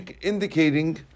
indicating